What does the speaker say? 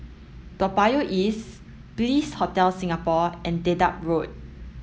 Toa Payoh East Bliss Hotel Singapore and Dedap Road